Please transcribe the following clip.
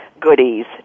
goodies